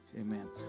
amen